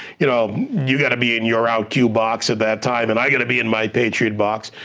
you know you gotta be in your out q box at that time and i gotta be in my patriot box.